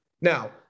Now